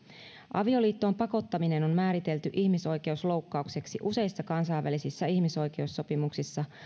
avioliittoon pakottaminen on määritelty ihmisoikeusloukkaukseksi useissa kansainvälisissä ihmisoikeussopimuksissa